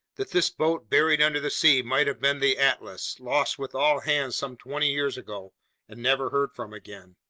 that this boat buried under the sea might have been the atlas, lost with all hands some twenty years ago and never heard from again!